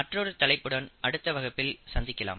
மற்றொரு தலைப்புடன் அடுத்த வகுப்பில் சந்திக்கலாம்